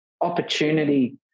opportunity